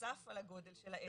נוסף על הגודל של העסק,